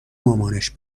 مامانش